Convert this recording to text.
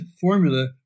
formula